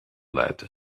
lead